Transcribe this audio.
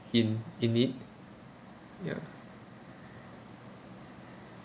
in in need ya